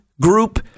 group